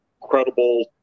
credible